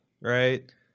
right